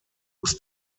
muss